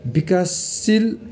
विकासशील